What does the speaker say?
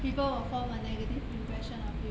people will form a negative impression of you